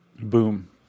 Boom